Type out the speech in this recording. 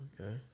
Okay